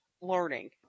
learning